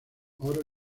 oro